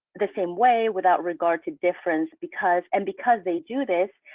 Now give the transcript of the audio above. the same way without regard to difference, because and because they do this,